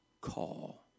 call